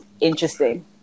interesting